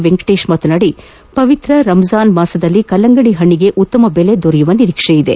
ವೆಂಕಟೇಶ್ ಮಾತನಾಡಿ ಪವಿತ್ರ ರಂಜಾನ್ ಮಾಸದಲ್ಲಿ ಕಲ್ಲಂಗಡಿ ಪಣ್ಣಿಗೆ ಉತ್ತಮ ದೆಲೆ ದೊರೆಯುವ ನಿರೀಕ್ಷೆಯಿದೆ